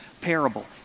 parable